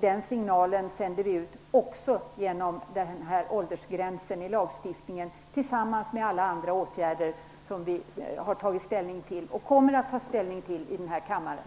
Den signalen sänder vi också ut genom en åldersgräns i lagstiftningen, tillsammans med alla andra åtgärder som vi har tagit ställning till och kommer att ta ställning till i den här kammaren.